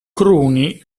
cruni